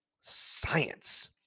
Science